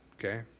Okay